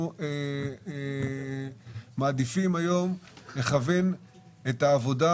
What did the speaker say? אנחנו מעדיפים היום לכוו את העבודה